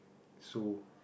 so